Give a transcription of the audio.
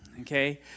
okay